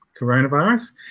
coronavirus